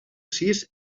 sis